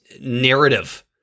narrative